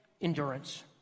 endurance